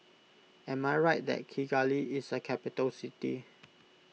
am I right that Kigali is a capital city